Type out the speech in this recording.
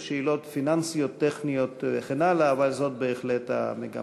אלה שאלות פיננסיות, טכניות וכן הלאה,